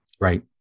right